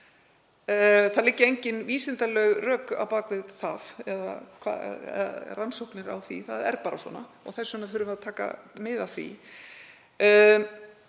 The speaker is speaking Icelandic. Það liggja engin vísindaleg rök á bak við það eða rannsóknir á því, það er bara svona, og þess vegna þurfum við að taka mið af því.